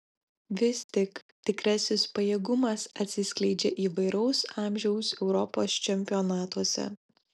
vis tik tikrasis pajėgumas atsiskleidžia įvairaus amžiaus europos čempionatuose